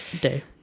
day